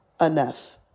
enough